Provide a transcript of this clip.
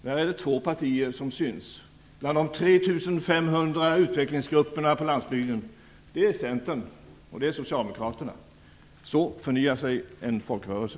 Det är två partier som syns bland de 3 500 utvecklingsgrupperna på landsbygden. Det är Centern och det är Socialdemokraterna. Så förnyar sig en folkrörelse.